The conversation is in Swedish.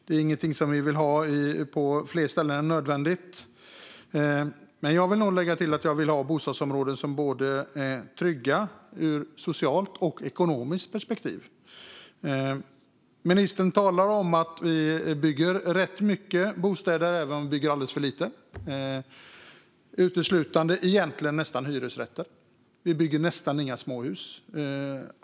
Det är inget vi vill ha på fler ställen än nödvändigt. Jag vill dock lägga till att jag vill ha bostadsområden som är trygga ur både socialt och ekonomiskt perspektiv. Ministern säger att det byggs rätt mycket bostäder, även om det byggs för lite, och det som byggs är nästan uteslutande hyresrätter. Det byggs nästan inga småhus.